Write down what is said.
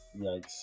Yikes